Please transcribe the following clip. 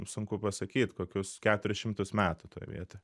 sunku pasakyt kokius keturis šimtus metų toj vietoj